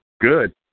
Good